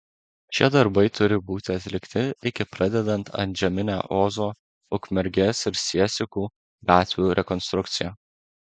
šie darbai turi būti atlikti iki pradedant antžeminę ozo ukmergės ir siesikų gatvių rekonstrukciją